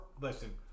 listen